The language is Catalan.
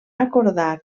acordar